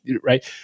right